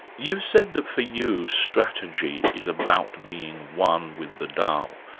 you said that for you, strategy is about being one with the tao.